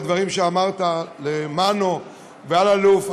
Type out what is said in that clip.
על הדברים שאמרת למנו ולאלאלוף.